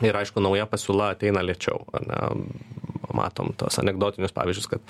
ir aišku nauja pasiūla ateina lėčiau ar ne matom tuos anekdotinius pavyzdžius kad